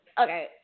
Okay